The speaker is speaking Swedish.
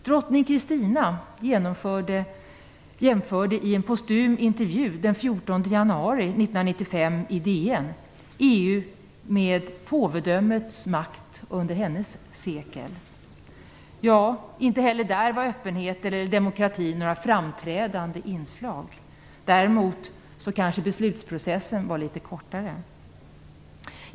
Drottning Kristina jämförde i en postum intervju i DN den 14 januari 1995 EU:s makt med påvedömets under hennes sekel. Inte heller där var öppenhet eller demokrati några framträdande inslag. Däremot kanske beslutsprocessen var litet kortare.